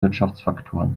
wirtschaftsfaktoren